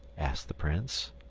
asked the prince.